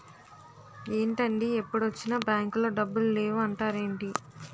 ఏంటండీ ఎప్పుడొచ్చినా బాంకులో డబ్బులు లేవు అంటారేంటీ?